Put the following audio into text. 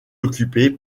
occupé